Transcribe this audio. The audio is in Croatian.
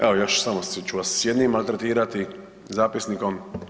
Evo još samo ću vas s jednim maltretirati zapisnikom.